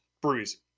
breweries